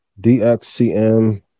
DXCM